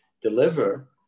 deliver